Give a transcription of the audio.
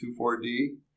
2,4-D